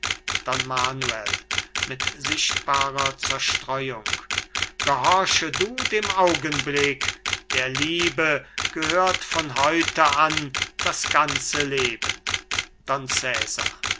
manuel mit sichtbarer zerstreuung gehorche du dem augenblick der liebe gehört von heute an das ganze leben